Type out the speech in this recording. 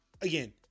again